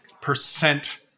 percent